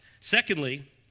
secondly